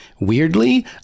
Weirdly